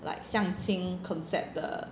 like 相亲 concept 的